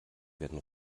werden